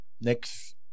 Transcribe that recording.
next